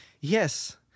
Yes